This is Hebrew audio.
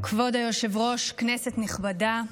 כבוד היושב-ראש, כנסת נכבדה,